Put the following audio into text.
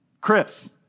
Chris